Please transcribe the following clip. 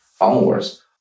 onwards